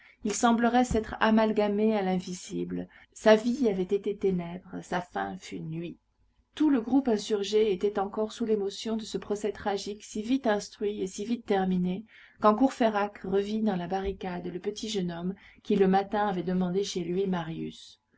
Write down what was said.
il semblerait s'être amalgamé à l'invisible sa vie avait été ténèbres sa fin fut nuit tout le groupe insurgé était encore sous l'émotion de ce procès tragique si vite instruit et si vite terminé quand courfeyrac revit dans la barricade le petit jeune homme qui le matin avait demandé chez lui marius